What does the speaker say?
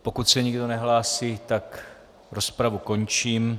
Pokud se nikdo nehlásí, tak rozpravu končím.